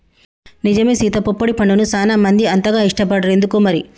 నిజమే సీత పొప్పడి పండుని సానా మంది అంతగా ఇష్టపడరు ఎందుకనో మరి